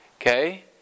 Okay